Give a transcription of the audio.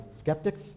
skeptics